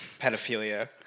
pedophilia